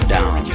Down